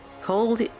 cold